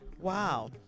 Wow